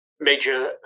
major